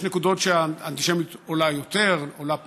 יש נקודות שהאנטישמיות עולה יותר, עולה פחות,